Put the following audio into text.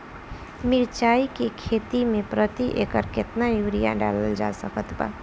मिरचाई के खेती मे प्रति एकड़ केतना यूरिया डालल जा सकत बा?